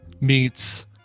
meets